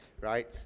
right